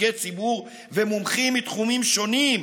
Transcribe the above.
נציגי ציבור ומומחים מתחומים שונים,